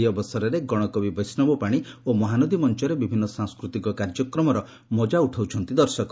ଏହି ଅବସରରେ ଗଶକବି ବୈଷ୍ଡବପାଣି ଓ ମହାନଦୀ ମଞ୍ଚରେ ବିଭିନ୍ ସାଂସ୍କୃତିକ କାର୍ଯ୍ୟକ୍ରମର ମଜା ଉଠାଉଛନ୍ତି ଦର୍ଶକ